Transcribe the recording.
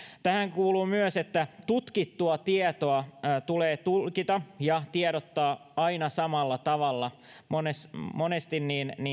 tähän kuuluu myös että tutkittua tietoa tulee tulkita ja siitä tiedottaa aina samalla tavalla monesti